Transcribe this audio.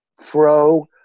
throw